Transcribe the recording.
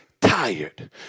tired